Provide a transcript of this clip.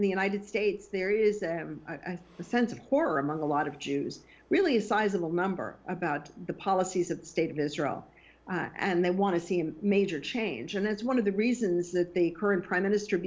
the united states there is a sense of horror among a lot of jews really a sizeable number about the policies of the state of israel and they want to see him major change and that's one of the reasons that the current prime minister